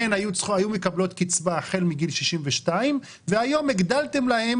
הן היו מקבלות קצבה החל מגיל 62 והיום הגדלתם להן